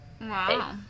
Wow